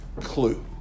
clue